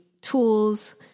tools